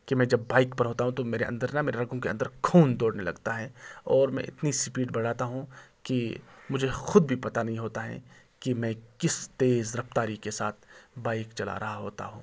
کہ میں جب بائک پر ہوتا ہوں تو میرے اندر نا میرے رگوں کے اندر خون دوڑنے لگتا ہے اور میں اتنی سپیڈ بڑھاتا ہوں کہ مجھے خود بھی پتا نہیں ہوتا ہے کہ میں کس تیز رفتاری کے ساتھ بائک چلا رہا ہوتا ہوں